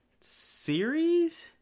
series